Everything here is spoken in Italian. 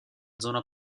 zona